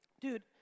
Dude